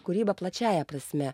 kūryba plačiąja prasme